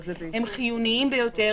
הם חיוניים ביותר.